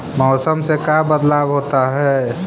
मौसम से का बदलाव होता है?